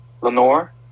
Lenore